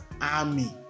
army